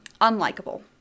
unlikable